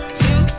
two